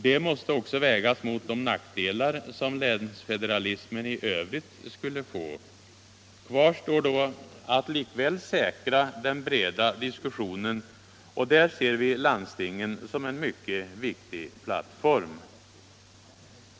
Det måste också vägas mot de nackdelar som ”länsfederalismen” i övrigt skulle få. Kvar står då att likväl säkra den breda diskussionen, och där ser vi landstingen som en mycket viktig plattform.